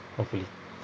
hopefully